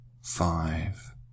Five